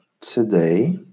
today